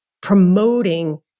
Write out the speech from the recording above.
promoting